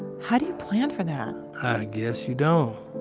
how do you plan for that? i guess you don't.